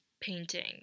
painting